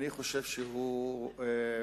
אני חושב שהוא בעצם